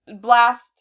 blast